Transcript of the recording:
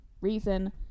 reason